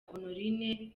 honorine